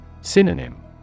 Synonym